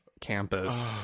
campus